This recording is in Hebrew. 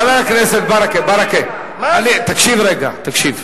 חבר הכנסת ברכה, תקשיב רגע, תקשיב.